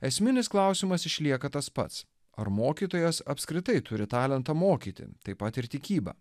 esminis klausimas išlieka tas pats ar mokytojas apskritai turi talentą mokyti taip pat ir tikybą